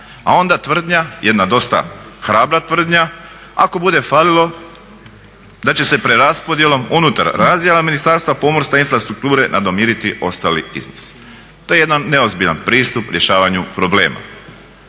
A onda tvrdnja, jedna dosta hrabra tvrdnja ako bude falilo da će se preraspodjelom unutar razdjela Ministarstva pomorstva i infrastrukture nadomiriti ostali iznos. To je jedan neozbiljan pristup rješavanju problema.